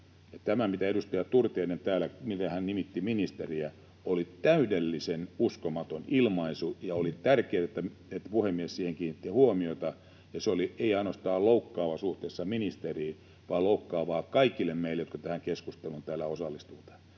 Tämä, miten edustaja Turtiainen täällä nimitti ministeriä, oli täydellisen uskomaton ilmaisu, ja oli tärkeää, että puhemies siihen kiinnitti huomiota. Se ei ollut loukkaava ainoastaan suhteessa ministeriin vaan loukkaavaa kaikille meille, jotka tähän keskusteluun täällä osallistuvat.